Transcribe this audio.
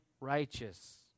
righteous